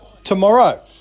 tomorrow